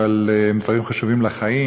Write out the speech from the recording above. דברים חשובים לחיים,